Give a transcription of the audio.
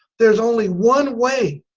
there's only one way